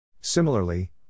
Similarly